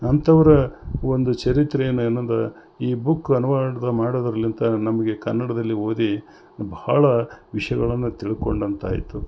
ಅಂಥವ್ರ ಒಂದು ಚರಿತ್ರೆಯನ್ನು ಇನ್ನೊಂದು ಈ ಬುಕ್ ಅನುವಾದ ಮಾಡದ್ರಲಿಂತ ನಮಗೆ ಕನ್ನಡದಲ್ಲಿ ಓದಿ ಭಾಳ ವಿಷಯಗಳನ್ನು ತಿಳ್ಕೊಂಡಂತಾಯಿತು